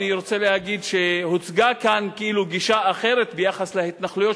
אני רוצה להגיד שהוצגה כאן כאילו גישה אחרת ביחס להתנחלויות,